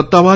સત્તાવાર